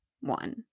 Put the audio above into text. one